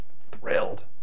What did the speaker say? thrilled